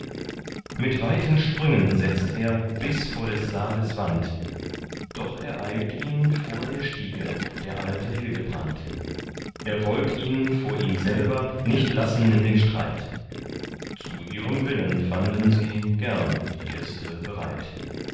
mit weiten sprüngen setzt er bis vor des saales wand doch ereilt ihn vor der stiege der alte hildebrand er wollt ihn vor ihm selber nicht lassen in den streit zu ihrem willen fanden sie gern die gäste bereit